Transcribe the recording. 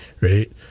right